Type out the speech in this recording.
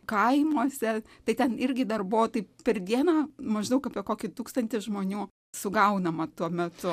kaimuose tai ten irgi dar buvo taip per dieną maždaug apie kokį tūkstantį žmonių sugaunama tuo metu